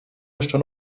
jeszcze